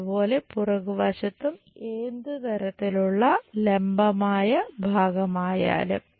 അതുപോലെ പുറകുവശത്തും എന്ത് തരത്തിലുള്ള ലംബമായ ഭാഗമായാലും